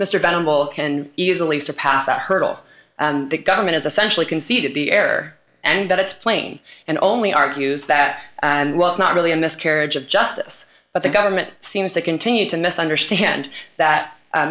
will can easily surpass that hurdle and the government is essentially conceded the air and that it's plain and only argues that and well it's not really a miscarriage of justice but the government seems to continue to misunderstand that